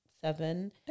seven